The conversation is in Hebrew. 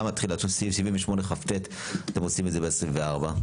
למה סעיף 78כט אתם עושים את זה ב-24?